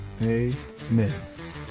amen